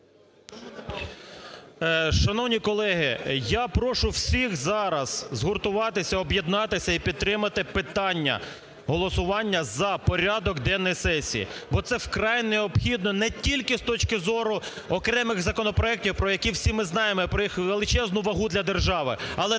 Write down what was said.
Шановні колеги! Я прошу всіх зараз згуртуватися, об'єднатися і підтримати питання голосування за порядок денний сесії, бо це вкрай необхідно не тільки з точки зору окремих законопроектів, про які всі ми знаємо і про їх величезну вагу для держави, але також